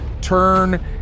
Turn